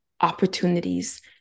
opportunities